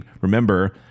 remember